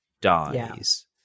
dies